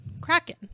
Kraken